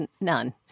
none